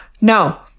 no